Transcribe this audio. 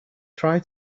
try